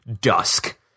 dusk